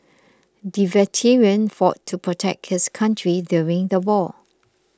the veteran fought to protect his country during the war